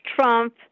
Trump